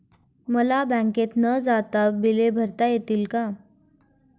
मला बँकेत न जाता बिले भरता येतील का?